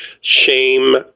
shame